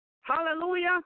hallelujah